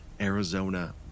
Arizona